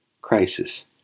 Crisis